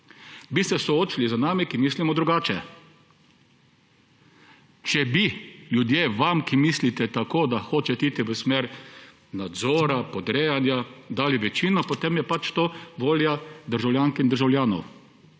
bi se soočili z nami, ki mislimo drugače. Če bi ljudje vam, ki mislite tako, da hočete iti v smer nadzora, podrejanja, dali večino, potem je pač to volja državljank in državljanov,